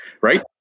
Right